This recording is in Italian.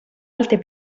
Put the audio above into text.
alte